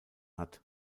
hat